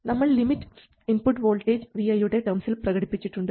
നമ്മൾ limit input voltage vi യുടെ ടേംസിൽ പ്രകടിപ്പിച്ചിട്ടുണ്ട്